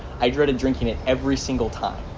i dreaded drinking it every single time.